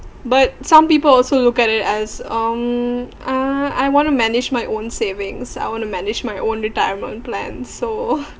but some people also look at it as um uh I want to manage my own savings so I want to manage my own retirement plan so